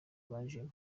bajemo